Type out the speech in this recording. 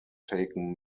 taken